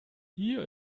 hier